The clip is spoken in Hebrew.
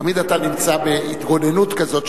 תמיד אתה נמצא בהתגוננות כזאת,